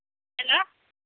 hello